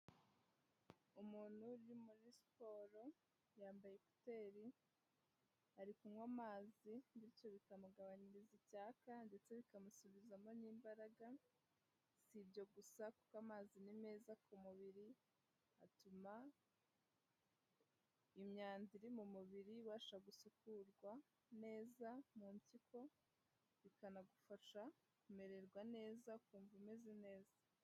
Umuntu uri muri siporo yambaye kuteri, ari kunywa amazi ndetse bikamugabanyiriza icyaka ndetse bikamusubizamo n'imbaraga. Sibyo gusa kuko amazi ni meza ku mubiri, atuma imyanda iri mu mubiri ibasha gusukurwa neza mu mpyiko, bikanagufasha kumererwa neza ukumva umeze neza.